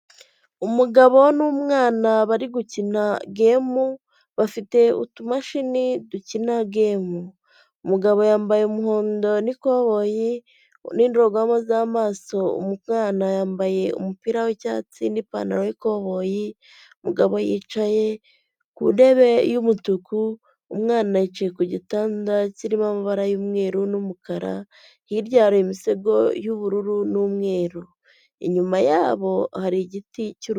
Umugabo n'umwana bari gukina gamu, bafite utumashini dukina gamu. Umugabo yambaye umuhondo n'ikoboyi n'indorerwamo z'amaso, umwana yambaye umupira w'icyatsi n'ipantaro y'ikoboyi. umugabo yicaye ku ntebe y'umutuku, umwana yicaye ku gitanda kirimo amabara y'umweru n'umukara. Hirya hari imisego y'ubururu n'umweru. Inyuma yabo hari igiti cy.